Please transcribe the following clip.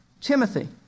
Timothy